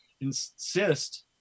insist